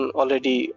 already